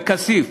בכסיף.